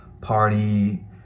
party